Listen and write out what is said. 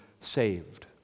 saved